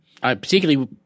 Particularly